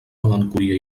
melancolia